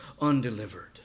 undelivered